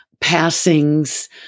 passings